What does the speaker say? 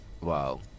wow